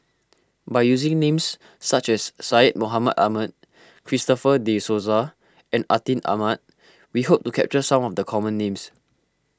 by using names such as Syed Mohamed Ahmed Christopher De Souza and Atin Amat we hope to capture some of the common names